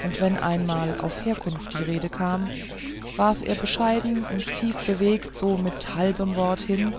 und wenn einmal auf herkunft die rede kam warf er bescheiden und tiefbewegt so mit halben worten hin